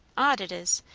odd it is,